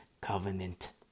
covenant